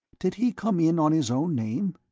did he come in on his own name?